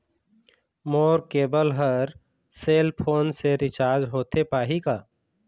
मोर केबल हर cell phone से रिचार्ज होथे पाही का?